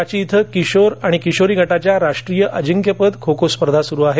रांची इथं किशोर आणि किशोरी गटाच्या राष्ट्रीय अजिंक्यपद खो खो स्पर्धा सुरु आहेत